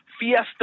Fiesta